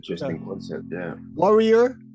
warrior